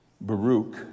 Baruch